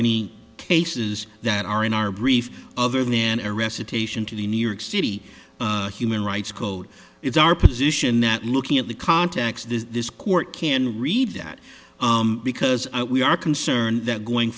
any cases that are in our brief other than a recitation to the new york city human rights code it's our position that looking at the context is this court can read that because we are concerned that going